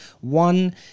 One